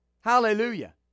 hallelujah